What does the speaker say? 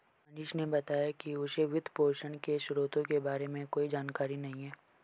मोहनीश ने बताया कि उसे वित्तपोषण के स्रोतों के बारे में कोई जानकारी नही है